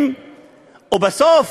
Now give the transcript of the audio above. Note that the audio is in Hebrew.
שחרור אסירים, ובסוף